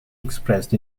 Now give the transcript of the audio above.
expressed